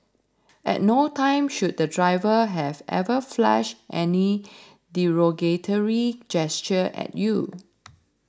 at no time should the driver have ever flashed any derogatory gesture at you